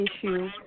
issue